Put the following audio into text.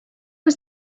was